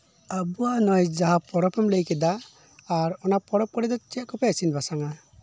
ᱟᱵᱚᱣᱟᱜ ᱱᱚᱜ ᱚᱭ ᱡᱟᱦᱟᱸ ᱯᱚᱨᱚᱵᱮᱢ ᱞᱟᱹᱭ ᱠᱮᱫᱟ ᱟᱨ ᱚᱱᱟ ᱯᱚᱨᱚᱵ ᱠᱚᱨᱮᱫᱚ ᱪᱮᱫᱠᱚᱯᱮ ᱤᱥᱤᱱ ᱵᱟᱥᱟᱝᱟ